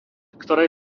ktoré